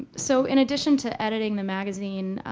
so in addition to editing the magazine,